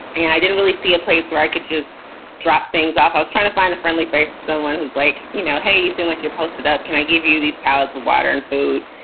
and i didn't really see a place where i could just drop things off. i was trying to find the friendly face someone who's like, you know, hey, you see like you posted up. can i give you you these pallets of water and food?